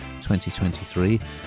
2023